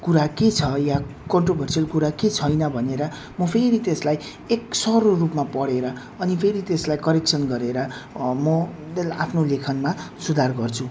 कुरा के छ या कन्ट्रोभर्सियल कुरा के छैन भनेर म फेरि त्यसलाई एकसरो रूपमा पढेर अनि फेरि त्यसलाई करेक्सन गरेर म आफ्नो लेखनमा सुधार गर्छु